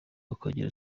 akagira